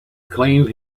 claimed